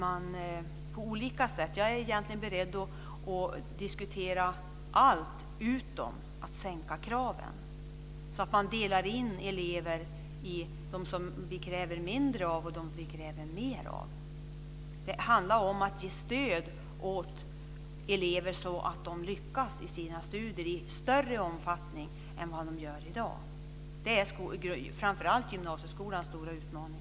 Jag är egentligen beredd att diskutera allt utom att sänka kraven och dela in elever i en grupp som vi kräver mindre av och en grupp som vi kräver mer av. Det handlar om att ge stöd åt elever så att de lyckas i sina studier i större omfattning än vad de gör i dag. Det är framför allt gymnasieskolans stora utmaning.